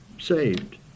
saved